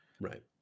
right